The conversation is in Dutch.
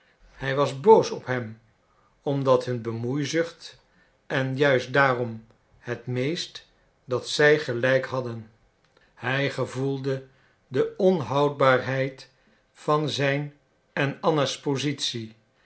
hij was boos op hem om hun bemoeizucht en juist daarom het meest dat zij gelijk hadden hij gevoelde de onhoudbaarheid van zijn en anna's positie